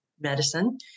medicine